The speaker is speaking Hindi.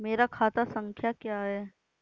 मेरा खाता संख्या क्या है?